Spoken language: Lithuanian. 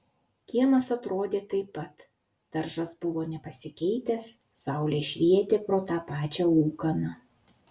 kiemas atrodė taip pat daržas buvo nepasikeitęs saulė švietė pro tą pačią ūkaną